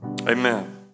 Amen